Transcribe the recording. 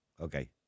okay